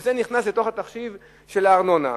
וזה נכנס לתוך התחשיב של הארנונה.